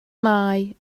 mae